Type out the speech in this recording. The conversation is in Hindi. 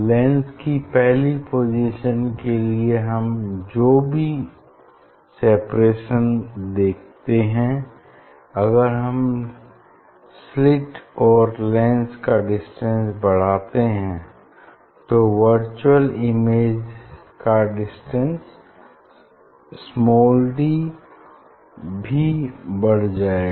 लेंस की पहली पोजीशन लिए हम जो भी सेपरेशन देखते हैं अगर हम स्लिट और लेंस का डिस्टेंस बढ़ाते हैं तो वर्चुअल इमेज का डिस्टेंस स्माल डी भी बढ़ जाएगा